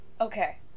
okay